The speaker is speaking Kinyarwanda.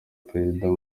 perezida